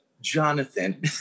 Jonathan